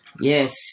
Yes